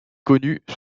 connue